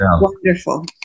wonderful